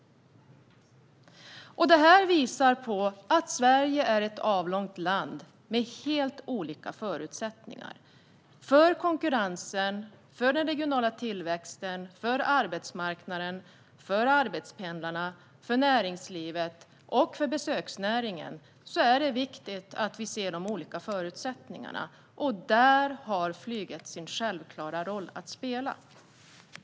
Detta visar att Sverige är ett avlångt land där det finns helt olika förutsättningar. För konkurrensen, för den regionala tillväxten, för arbetsmarknaden, för arbetspendlarna, för näringslivet och för besöksnäringen är det viktigt att vi ser de olika förutsättningarna. Där har flyget sin självklara roll att spela.